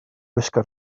gwisgo